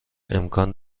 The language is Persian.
امکان